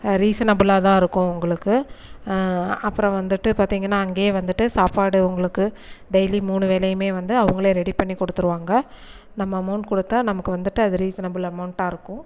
ரீசனுபுளாக தான் இருக்குது உங்களுக்கு அப்புறம் வந்துட்டு பார்த்திங்கனா அங்கேயே வந்துட்டு சாப்பாடு உங்களுக்கு டெய்லியும் மூணு வேளையுமே வந்து அவங்களே ரெடி பண்ணி கொடுத்துருவாங்க நம்ம அமோண்ட் கொடுத்தா நமக்கு வந்துட்டு அது ரீசனபுள் அமோண்ட்டாயிருக்கு